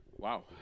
Wow